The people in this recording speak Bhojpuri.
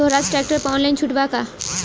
सोहराज ट्रैक्टर पर ऑनलाइन छूट बा का?